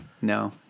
No